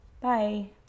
Bye